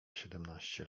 siedemnaście